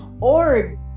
Org